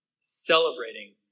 celebrating